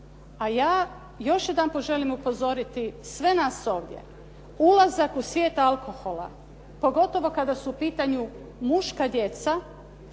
A ja još jedanput želim upozoriti sve nas ovdje. Ulazak u svijet alkohola pogotovo kada su u pitanju muška djeca